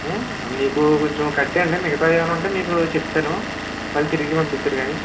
మీకు కొంచెం కట్టేయండి మిగతావి ఏమన్న ఉంటే మీకు చెప్తాను మళ్ళీ తిరిగి పంపిద్దురు కానీ